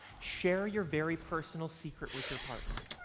share your very personal secret with your partner.